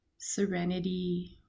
serenity